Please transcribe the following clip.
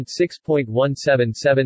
6.177